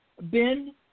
Ben